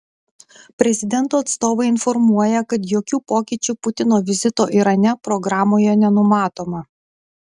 prezidento atstovai informuoja kad jokių pokyčių putino vizito irane programoje nenumatoma